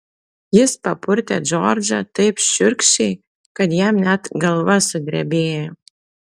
jis papurtė džordžą taip šiurkščiai kad jam net galva sudrebėjo